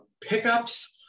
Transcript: pickups